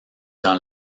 dans